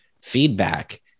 feedback